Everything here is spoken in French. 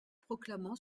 proclamant